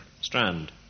Strand